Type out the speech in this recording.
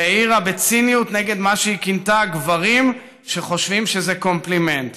והעירה בציניות נגד מה שהיא כינתה: גברים שחושבים שזה קומפלימנט.